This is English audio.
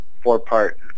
four-part